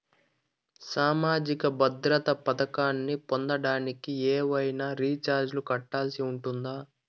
సామాజిక భద్రత పథకాన్ని పొందడానికి ఏవైనా చార్జీలు కట్టాల్సి ఉంటుందా?